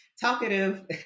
talkative